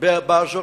בגדה